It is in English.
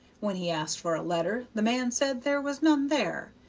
when he asked for a letter, the man said there was none there,